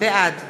בעד